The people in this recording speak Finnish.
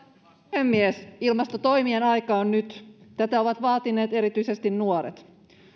puhemies ilmastotoimien aika on nyt tätä ovat vaatineet erityisesti nuoret